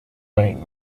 rain